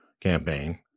campaign